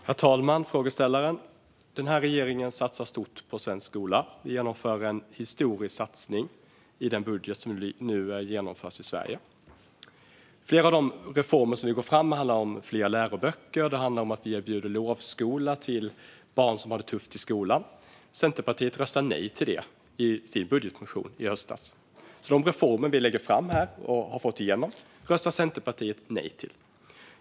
Herr talman och frågeställaren! Regeringen satsar stort på svensk skola. Vi gör en historisk satsning i den budget som nu genomförs i Sverige. Flera av de reformer som vi går fram med handlar om fler läroböcker och om att erbjuda lovskola till barn som har det tufft i skolan. Det sa Centerpartiet nej till i sin budgetmotion i höstas. De reformer som vi lägger fram här och har fått igenom röstar Centerpartiet nej till.